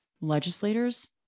legislators